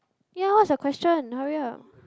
ya what's the question hurry up